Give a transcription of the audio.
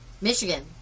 Michigan